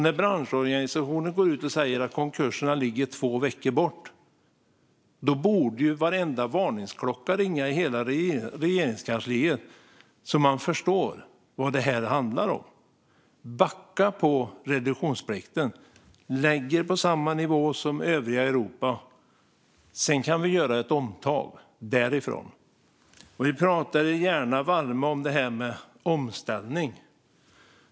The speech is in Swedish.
När branschorganisationen går ut och säger att konkurserna ligger två veckor bort borde varenda varningsklocka ringa i hela Regeringskansliet så att man förstår vad det här handlar om. Backa på reduktionsplikten! Lägg er på samma nivå som övriga Europa! Sedan kan vi göra ett omtag därifrån. Ni pratar er gärna varma om det här med omställning.